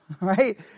right